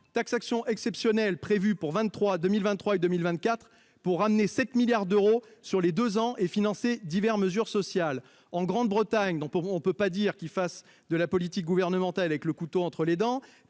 taxation exceptionnelle prévue pour 23, 2023 et 2024 pour ramener 7 milliards d'euros sur les deux ans et financer divers mesures sociales en Grande Bretagne dont pourront on ne peut pas dire qu'il fasse de la politique gouvernementale avec le couteau entre les dents